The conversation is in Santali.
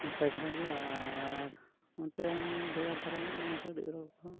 ᱱᱟᱯᱟᱭ ᱫᱷᱟᱨᱟ ᱜᱮᱭᱟ ᱟᱨ ᱱᱚᱛᱮ ᱦᱚᱸ ᱵᱷᱮᱜᱟᱨ ᱫᱷᱟᱨᱟ ᱧᱚᱜ ᱜᱮᱭᱟ ᱱᱟᱥᱮ ᱠᱟᱹᱴᱤᱡ ᱨᱚᱲ ᱠᱚᱦᱚᱸ